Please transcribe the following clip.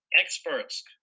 experts